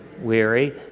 weary